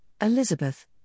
Elizabeth